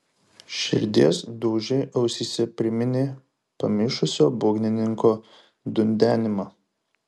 širdies dūžiai ausyse priminė pamišusio būgnininko dundenimą